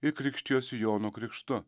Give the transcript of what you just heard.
ir krikštijosi jono krikštu